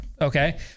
Okay